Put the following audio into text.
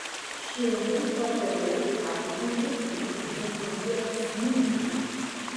šiandien pagaliau atgulei į dzūkijos smiltį